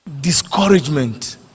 discouragement